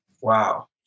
Wow